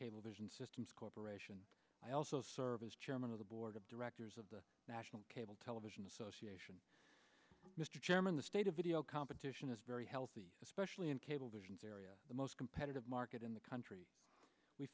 cablevision systems corp i also serve as chairman of the board of directors of the national cable television association mr chairman the state of video competition is very healthy especially in cablevision's area the most competitive market in the country we